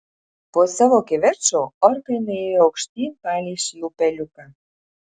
po savo kivirčo orkai nuėjo aukštyn palei šį upeliuką